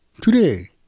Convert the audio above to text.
Today